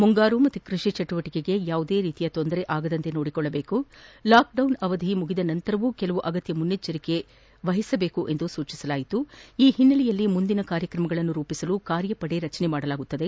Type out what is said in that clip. ಮುಂಗಾರು ಮತ್ತು ಕೃಷಿ ಚಟುವಟಕೆಗೆ ಯಾವುದೇ ರೀತಿಯ ತೊಂದರೆ ಆಗದಂತೆ ನೋಡಿಕೊಳ್ಳಬೇಕು ಲಾಕ್ಡೌನ್ ಅವಧಿ ಮುಗಿದ ನಂತರವೂ ಕೆಲವು ಆಗತ್ತ ಮುನ್ನೆಚ್ಚರಿಕೆ ವಒಸಬೇಕೆಂದು ಸೂಚಿಸಲಾಯಿತು ಈ ಓನ್ನೆಲೆಯಲ್ಲಿ ಮುಂದಿನ ಕಾರ್ಯಕ್ರಮಗಳನ್ನು ರೂಪಿಸಲು ಕಾರ್ಯಪಡೆಯನ್ನು ರಚಿಸಲಾಗುವುದು